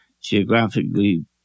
geographically